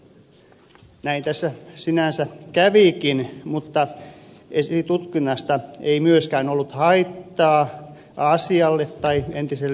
näin tässä sinänsä kävikin mutta esitutkinnasta ei myöskään ollut haittaa asialle tai entiselle pääministerille